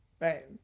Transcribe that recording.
Right